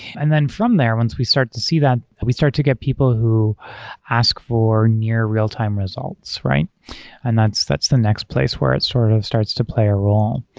and then from there once we start to see that, we start to get people who ask for near real-time results, and that's that's the next place where it sort of starts to play a role,